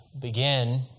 begin